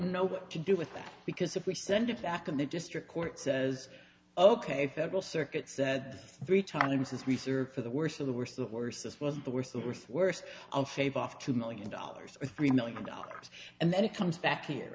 know what to do with that because if we send it back and the district court says ok federal circuit said three times as we serve for the worst of the worst the worst this was the worst the worst worst fav off two million dollars or three million dollars and then it comes back here